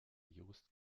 jost